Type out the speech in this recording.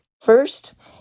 First